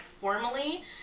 formally